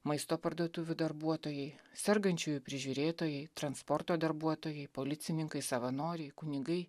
maisto parduotuvių darbuotojai sergančiųjų prižiūrėtojai transporto darbuotojai policininkai savanoriai kunigai